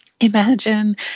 imagine